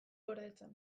gordetzen